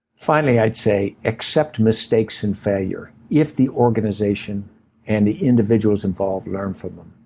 finally, i'd say accept mistakes and failure, if the organization and the individuals involved learn from it.